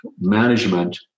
management